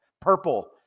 purple